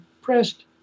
pressed